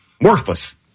Worthless